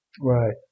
Right